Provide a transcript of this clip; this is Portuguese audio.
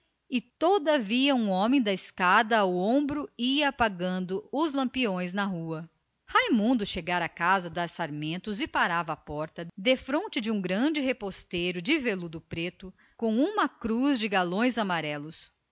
e todavia um homem de escada ao ombro ia apagando os lampiões da rua raimundo parara um instante olhando o mar defronte da casa das sarmentos à porta de entrada havia um grande reposteiro de veludo negro com uma cruz de galões amarelos